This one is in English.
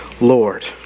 Lord